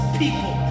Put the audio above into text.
people